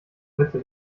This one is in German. mitte